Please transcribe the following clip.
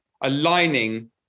aligning